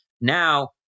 Now